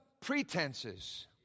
pretenses